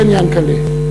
כן, יענקל'ה,